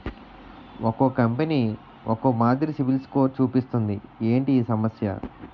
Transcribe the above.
ఒక్కో కంపెనీ ఒక్కో మాదిరి సిబిల్ స్కోర్ చూపిస్తుంది ఏంటి ఈ సమస్య?